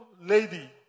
lady